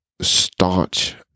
staunch